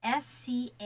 SCA